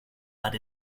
but